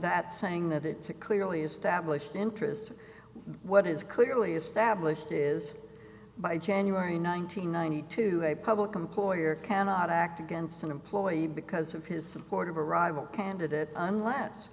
that saying that it's a clearly established interest what is clearly established is by january nine hundred ninety two a public employer cannot act against an employee because of his support of a rival candidate unless